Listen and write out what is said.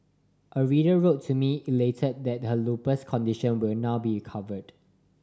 a reader wrote to me elated that her lupus condition will now be covered